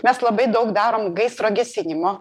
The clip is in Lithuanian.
mes labai daug darom gaisro gesinimo